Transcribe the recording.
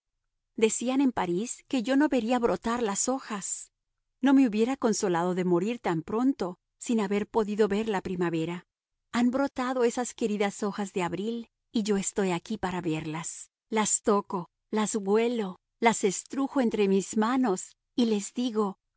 decían en parís que yo no vería brotar las hojas no me hubiera consolado de morir tan pronto sin haber podido ver la primavera han brotado esas queridas hojas de abril y yo estoy aquí para verlas las toco las huelo las estrujo entre mis manos y las digo